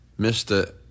Mr